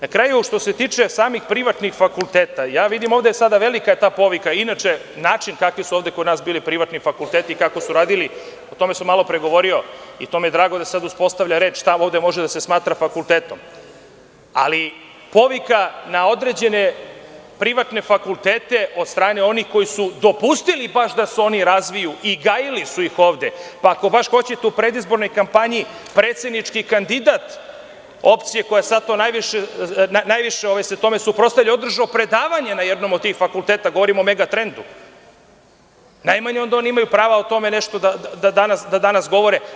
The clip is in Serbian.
Na kraju, što se tiče samih privatnih fakulteta, vidim da je ovde velika povika, ali inače i način kakvi su kod nas bili privatni fakulteti i kako su radili, o tome sam malo pre govorio i drago mi je da se sada uspostavlja red šta ovde može da se smatra fakultetom, ali, povika na određene privatne fakultete od strane onih koji su dopustili da se oni razviju i gajili su ih, pa ako baš hoćete, u predizbornoj kampanji predsednički kandidat opcije koja se sad tome najviše suprotstavlja, održao je predavanje na jednom od tih fakulteta, govorim o „Megatrendu“ – najmanje oni imaju prava da o tome nešto govore.